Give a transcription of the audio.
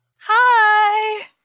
hi